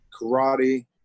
karate